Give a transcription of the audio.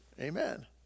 amen